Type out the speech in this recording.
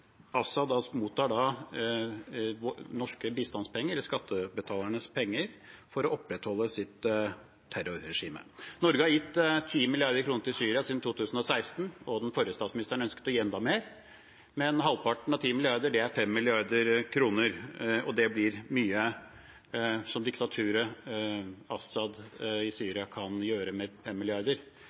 Da mottar Assad norske bistandspenger – skattebetalernes penger – for å opprettholde sitt terrorregime. Norge har gitt 10 mrd. kr til Syria siden 2016, og den forrige statsministeren ønsket å gi enda mer. Halvparten av 10 mrd. kr er 5 mrd. kr, og det er mye diktaturet Assad i Syria kan gjøre med